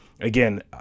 Again